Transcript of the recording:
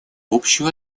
общую